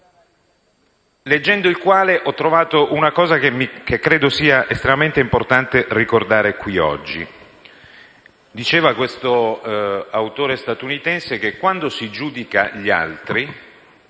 leggendo il quale ho trovato un passaggio che credo sia estremamente importante ricordare qui oggi. Dice questo autore statunitense che, quando si giudicano gli altri,